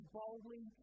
boldly